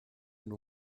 and